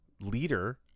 leader